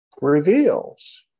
reveals